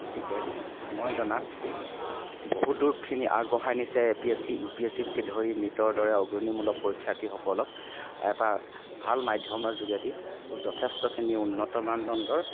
গতিকে মই জনাত বহুত দূৰখিনি আগবঢ়াই নিছে A P S C U P S চিকে ধৰি নীটৰ দৰে অগ্ৰণীমূলক পৰীক্ষাৰ্থীসকলক এটা ভাল মাধ্যমৰ যোগেদি যথেষ্টখিনি উন্নত মানদণ্ডৰ